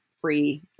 free